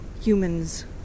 humans